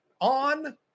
on